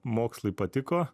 mokslai patiko